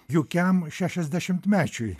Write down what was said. jaukiam šešiasdešimtmečiui